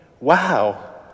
wow